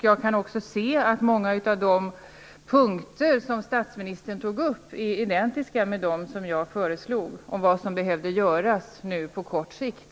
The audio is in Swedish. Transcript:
Jag kan också se att många av de punkter som statsministern tog upp är identiska med dem som jag föreslog när det gäller vad som behöver göras på kort sikt.